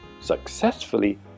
successfully